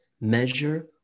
measure